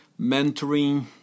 mentoring